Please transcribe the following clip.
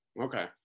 okay